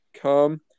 come